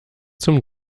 zum